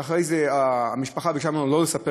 ואחרי זה המשפחה ביקשה ממנו לא לספר